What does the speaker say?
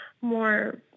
more